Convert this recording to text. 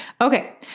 Okay